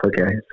Okay